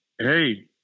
hey